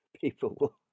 people